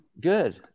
Good